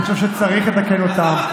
אני חושב שצריך לתקן אותו.